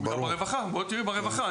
בואי תראי ברווחה.